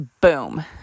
boom